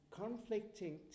conflicting